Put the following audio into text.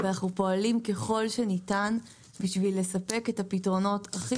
ואנחנו פועלים ככל שניתן בשביל לספק את הפתרונות הכי